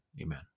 amen